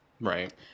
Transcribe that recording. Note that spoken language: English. Right